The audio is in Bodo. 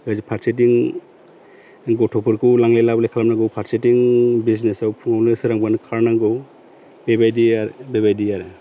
ओजों फारसेथिं गथ'फोरखौ लांलाय लाबोलाय खालामनांगौ फारसेथिं बिजनेसाव फुङावनो सोरांब्लानो खारनांगौ बेबायदिया बेबायदि आरो